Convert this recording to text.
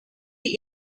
die